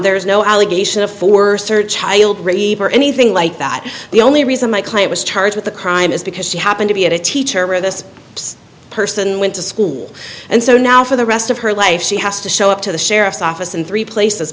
there is no allegation of for child rape or anything like that the only reason my client was charged with a crime is because she happened to be a teacher or this person went to school and so now for the rest of her life she has to show up to the sheriff's office in three places